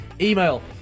Email